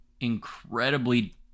incredibly